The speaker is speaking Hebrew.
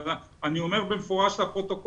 אבל אני אומר במפורש לפרוטוקול,